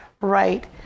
right